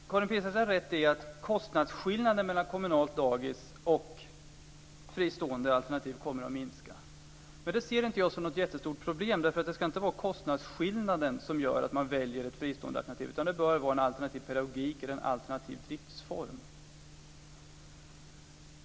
Herr talman! Karin Pilsäter har rätt i att kostnadsskillnaden mellan kommunalt dagis och fristående alternativ kommer att minska. Men det ser inte jag som något jättestort problem, därför att det ska inte vara kostnadsskillnaden som gör att man väljer ett fristående alternativ, utan det bör vara en alternativ pedagogik eller en alternativ driftsform.